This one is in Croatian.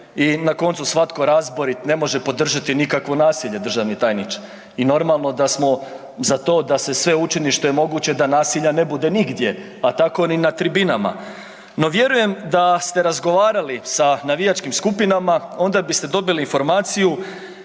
i na koncu svatko razborit ne može podržati nikakvo nasilje, državni tajniče i normalno da smo za to da se sve učini što je moguće da nasilja ne bude nigdje pa tako ni na tribinama no vjerujem da ste razgovarali sa navijačkim skupinama, onda biste dobili informaciju